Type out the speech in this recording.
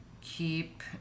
Keep